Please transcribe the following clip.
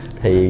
Thì